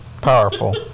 Powerful